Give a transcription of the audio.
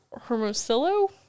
Hermosillo